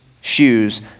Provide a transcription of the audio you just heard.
shoes